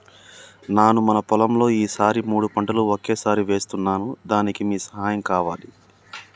నాను మన పొలంలో ఈ సారి మూడు పంటలు ఒకేసారి వేస్తున్నాను దానికి మీ సహాయం కావాలి